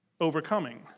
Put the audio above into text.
overcoming